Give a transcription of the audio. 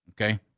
okay